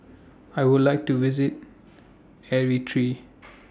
I Would like to visit Eritrea